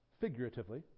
figuratively